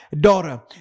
daughter